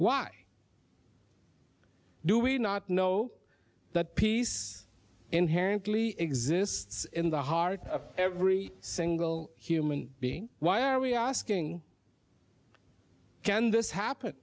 why do we not know that peace inherently exists in the heart of every single human being why are we asking can this happen